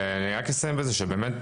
אני רק אסיים בזה שבאמת